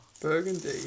Burgundy